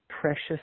precious